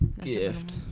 Gift